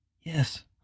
Yes